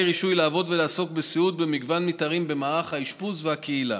רישוי לעבוד ולעסוק בסיעוד במגוון מתארים במערך האשפוז והקהילה.